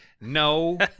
No